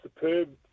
superb